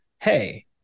hey